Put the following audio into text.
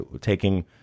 taking